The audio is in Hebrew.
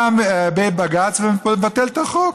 בא בג"ץ ומבטל את החוק.